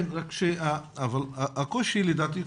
כן, רק שקושי לדעתי,